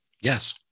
Yes